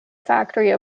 factory